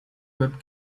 that